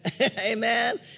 Amen